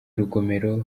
rugomero